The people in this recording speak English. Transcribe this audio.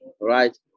right